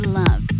love